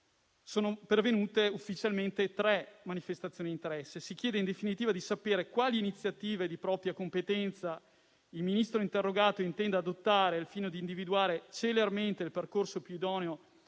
sono pervenute ufficialmente tre manifestazioni d'interesse. Si chiede in definitiva di sapere quali iniziative di propria competenza il Ministro interrogato intenda adottare al fine di individuare celermente il percorso più idoneo